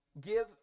Give